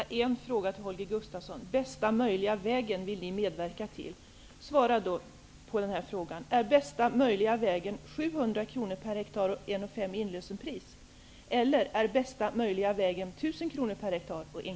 Herr talman! Jag vill ställa en fråga till Holger Gustafsson. Ni vill medverka till den bästa möjliga vägen. Är bästa möjliga vägen 700 kr per hektar och 1:05 i inlösen, eller är bästa möjliga vägen 1 000